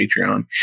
Patreon